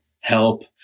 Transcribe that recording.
help